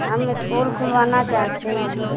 हम स्कूल खुलवाना चाहते हैं